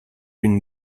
une